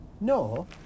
no